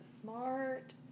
smart